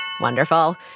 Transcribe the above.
Wonderful